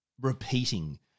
repeating